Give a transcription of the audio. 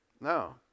No